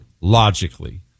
logically